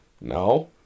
no